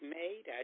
made